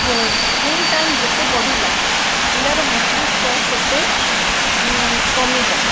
screen time ଯେତେ ବଢ଼ିଲା ପିଲାର ମସ୍ତିସ୍କ ସେତେ କମିବ